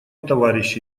товарищи